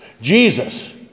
Jesus